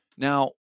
Now